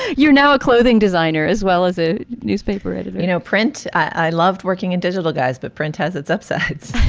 you know, a clothing designer as well as a newspaper editor you know, print. i loved working in digital guys, but print has its upsides.